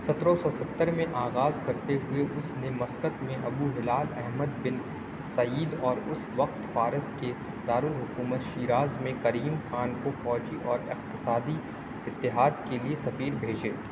سترہ سو ستر میں آغاز کرتے ہوئے اس نے مسقط میں Abu Hilal Ahmad bin Said اور اس وقت فارس کے دارالحکومت شیراز میں کریم خان کو فوجی اور اقتصادی اتحاد کے لیے سفیر بھیجے